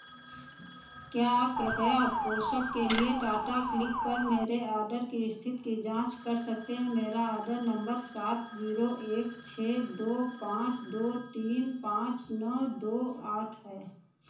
क्या आप कृपया पोषक के लिए टाटा क्लिक पर मेरे ऑर्डर की स्थिति की जाँच कर सकते हैं मेरा ऑर्डर नम्बर सात जीरो एक छः दो पाँच दो तीन पाँच नौ दो आठ है